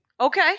Okay